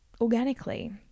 organically